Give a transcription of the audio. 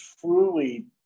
truly